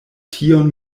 tion